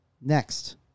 next